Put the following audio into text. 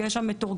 יש שם מתורגמניות